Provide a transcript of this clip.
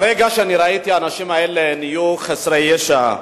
ברגע שראיתי את האנשים האלה, חסרי ישע,